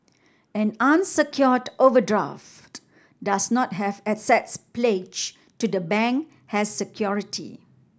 an unsecured overdraft does not have assets pledged to the bank as security